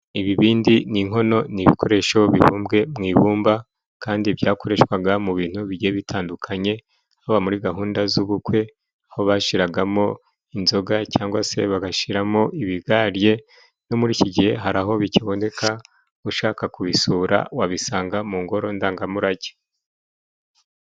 Ibibindi ni inkono, ni ibikoresho bibumbwe mu ibumba, kandi byakoreshwaga mu bintu bigiye bitandukanye, haba muri gahunda z'ubukwe ho bashyiragamo inzoga cyangwa se bagashyiramo ibigarye. No muri iki gihe hari aho bikiboneka, ushaka kubisura wabisanga mu ngoro ndangamurage.